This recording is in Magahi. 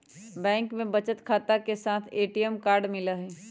बैंक में बचत खाता के साथ ए.टी.एम कार्ड मिला हई